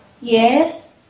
Yes